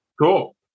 cool